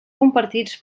compartits